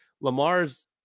Lamar's